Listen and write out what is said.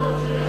עוד שבע שנים.